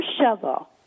shovel